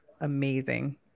amazing